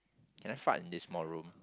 can I fart in this small room